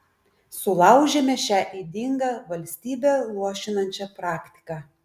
sulaužėme šią ydingą valstybę luošinančią praktiką